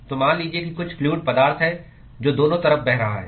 तो मान लीजिए कि कुछ फ्लूअड पदार्थ है जो दोनों तरफ बह रहा है